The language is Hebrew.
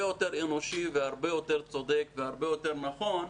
יותר אנושי והרבה יותר צודק והרבה יותר נכון,